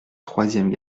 troisième